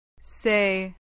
Say